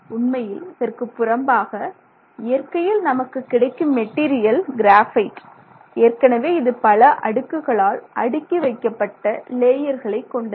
உண்மையில் இதற்கு புறம்பாக இயற்கையில் நமக்கு கிடைக்கும் மெட்டீரியல் கிராபைட் ஏற்கனவே இது பல அடுக்குகளால் அடுக்கி வைக்கப்பட்ட லேயர்களைக் கொண்டது